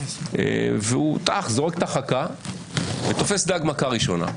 הוא זורק את החכה ותופס דג במכה ראשונה.